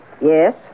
Yes